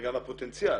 -- וגם הפוטנציאל.